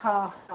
हा हा